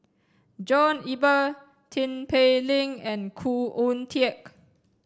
John Eber Tin Pei Ling and Khoo Oon Teik